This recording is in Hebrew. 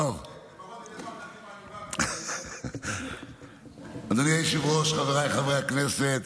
תשים עניבה, אדוני היושב-ראש, חבריי חברי הכנסת,